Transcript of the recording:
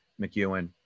McEwen